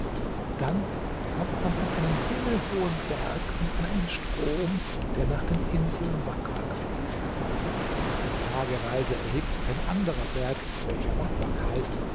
dann kommt man an einen himmelhohen berg und an einen strom der nach den inseln wak wak fließt nach einer tagereise erhebt sich ein anderer berg welcher wak wak heißt